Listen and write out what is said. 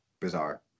bizarre